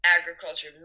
agriculture